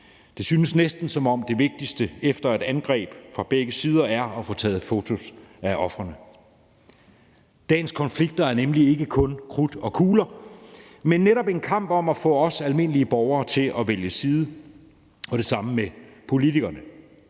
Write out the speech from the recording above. Det synes næsten, som om det vigtigste efter et angreb fra begge sider er at få taget fotos af ofrene. Dagens konflikter er nemlig ikke kun krudt og kugler, men netop en kamp om at få os almindelige borgere til at vælge side, og det samme gælder for politikerne.